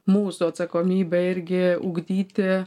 mūsų atsakomybė irgi ugdyti